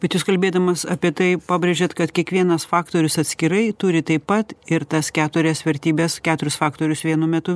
bet jūs kalbėdamas apie tai pabrėžėt kad kiekvienas faktorius atskirai turi taip pat ir tas keturias vertybes keturis faktorius vienu metu